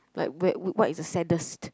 like where what is the saddest